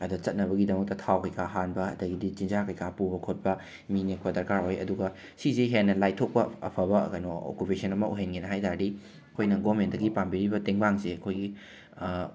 ꯑꯗ ꯆꯠꯅꯕꯒꯤꯗꯝꯛꯇ ꯊꯥꯎ ꯀꯩ ꯀꯥ ꯍꯥꯟꯕ ꯑꯗꯒꯤꯗꯤ ꯆꯤꯟꯖꯥꯛ ꯀꯩ ꯀꯥ ꯄꯨꯕ ꯈꯣꯠꯄ ꯃꯤ ꯅꯦꯛꯄ ꯗꯔꯀꯥꯔ ꯑꯣꯏ ꯑꯗꯨꯒ ꯁꯤꯁꯦ ꯍꯦꯟꯅ ꯂꯥꯏꯊꯣꯛꯄ ꯑꯐꯕ ꯀꯩꯅꯣ ꯑꯣꯀꯨꯄꯦꯁꯟ ꯑꯃ ꯑꯣꯏꯍꯟꯒꯦꯅ ꯍꯥꯏꯕ ꯇꯥꯔꯗꯤ ꯑꯩꯈꯣꯏꯅ ꯒꯣꯃꯦꯟꯇꯒꯤ ꯄꯥꯝꯕꯤꯔꯤꯕ ꯇꯦꯡꯕꯥꯡꯁꯦ ꯑꯩꯈꯣꯏꯒꯤ